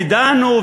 ודנו,